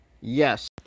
Yes